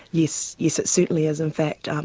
yes, yes it certainly is, in fact, um